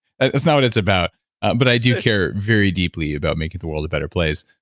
it's not what it's about but i do care very deeply about making the world a better place,